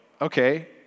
okay